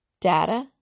data